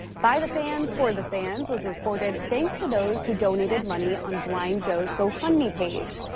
by the fans, for the fans' was recorded. thanks to those who donated money on blind joe's go fund me page.